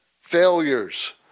failures